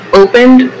opened